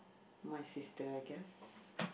my sister I guess